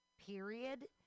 period